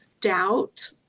doubt